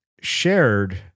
shared